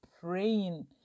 praying